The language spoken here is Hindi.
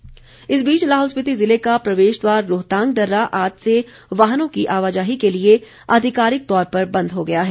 रोहतांग दर्रा इस बीच लाहौल स्पिति जिले का प्रवेश द्वार रोहतांग दर्रा आज से वाहनों की आवाजाही के लिए अधिकारिक तौर पर बंद हो गया है